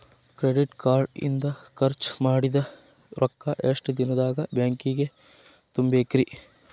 Credit card ಇಂದ್ ಖರ್ಚ್ ಮಾಡಿದ್ ರೊಕ್ಕಾ ಎಷ್ಟ ದಿನದಾಗ್ ಬ್ಯಾಂಕಿಗೆ ತುಂಬೇಕ್ರಿ?